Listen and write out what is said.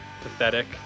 pathetic